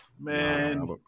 Man